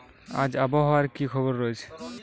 আজ আবহাওয়ার কি খবর রয়েছে?